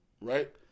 right